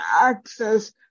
access